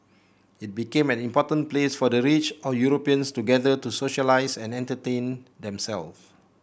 it became an important place for the rich or Europeans to gather to socialise and entertain themselves